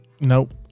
nope